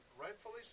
Rightfully